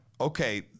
okay